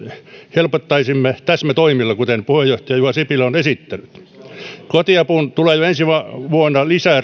helpottaisimme täsmätoimilla kuten puheenjohtaja juha sipilä on esittänyt kotiapuun tulee jo ensi vuonna lisää